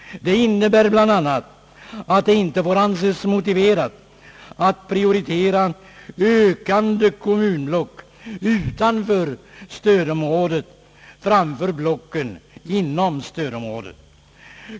Det innebär bland annat att det inte får anses motiverat att prioritera ökande kommunblock utanför stödområdet framför blocken inom stödområdet.